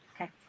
Okay